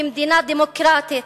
כמדינה דמוקרטית,